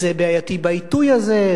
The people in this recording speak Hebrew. זה בעייתי בעיתוי הזה,